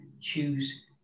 choose